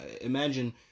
Imagine